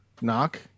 knock